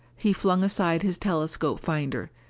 he flung aside his telescope finder.